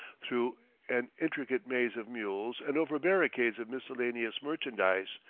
through an intricate maze of mules and over barricades of miscellaneous merchandise,